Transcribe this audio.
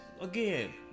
again